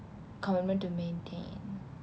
commitment to maintain